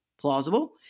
plausible